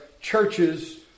churches